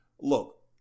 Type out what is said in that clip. look